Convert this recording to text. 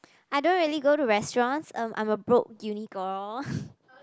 I don't really go to restaurants um I'm a broke uni girl